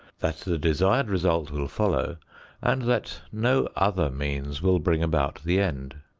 that the desired result will follow and that no other means will bring about the end.